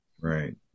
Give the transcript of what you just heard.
Right